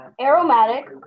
aromatic